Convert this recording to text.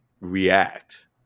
react